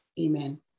amen